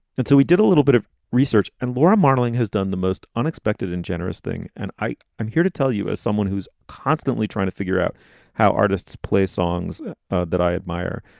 and so we did a little bit of research. and laura marling has done the most unexpected and generous thing. and i am here to tell you, as someone who's constantly trying to figure out how artists play songs that i admire.